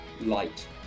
light